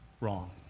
wrong